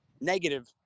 negative